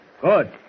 Good